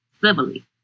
civilly